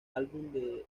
álbum